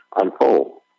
unfold